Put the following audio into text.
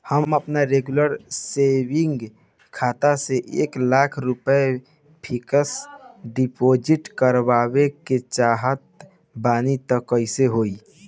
हम आपन regular saving खाता से एक लाख रुपया फिक्स डिपॉज़िट करवावे के चाहत बानी त कैसे होई?